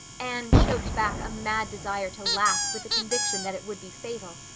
anne choked back a mad desire to laugh with the conviction that it would be fatal,